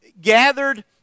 gathered